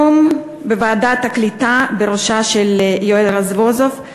היום, בוועדת הקליטה, בראשותו של יואל רזבוזוב,